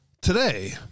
today